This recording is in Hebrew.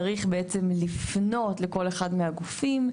צריך בעצם לפנות לכל אחד מהגופים,